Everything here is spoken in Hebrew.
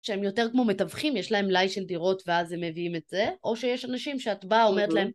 שהם יותר כמו מתווכים יש להם ליין של דירות ואז הם מביאים את זה או שיש אנשים שאת באה אומרת להם